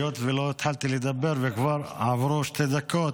היות שלא התחלתי לדבר וכבר עברו שתי דקות,